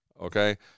okay